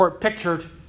pictured